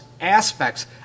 aspects